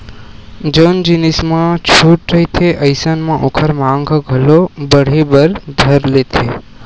जउन जिनिस म छूट रहिथे अइसन म ओखर मांग ह घलो बड़हे बर धर लेथे